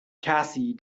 cassie